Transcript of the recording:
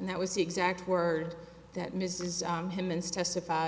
and that was the exact word that mrs humans testif